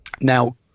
Now